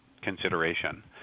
consideration